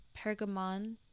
Pergamon